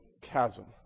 chasm